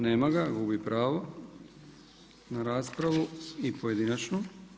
Nema ga, gubi pravo na raspravu i pojedinačnu.